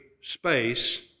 space